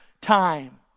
time